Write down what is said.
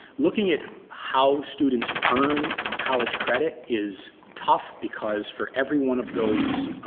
looking at how students earn college credit is tough because for every one of those